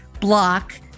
block